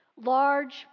Large